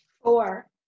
Four